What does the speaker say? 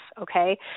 okay